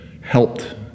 helped